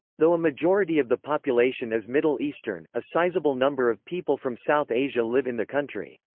though a majority of the population is middle eastern, a sizeable number of people from south asia live in the country.